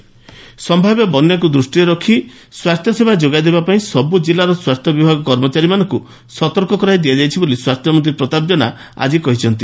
ସ୍ୱାସ୍ଥ୍ୟସେବା ସମ୍ଭାବ୍ୟ ବନ୍ୟାକୁ ଦୃଷିରେ ରଖ୍ ସ୍ୱାସ୍ଥ୍ୟସେବା ଯୋଗାଇଦେବା ପାଇଁ ସବୁ ଜିଲ୍ଲାର ସ୍ୱାସ୍ଥ୍ୟ ବିଭାଗ କର୍ମଚାରୀମାନଙ୍କୁ ସତର୍କ କରାଇ ଦିଆଯାଇଛି ବୋଲି ସ୍ୱାସ୍ଥ୍ୟମନ୍ତୀ ପ୍ରତାପ ଜେନା ଆଜି କହିଛନ୍ତି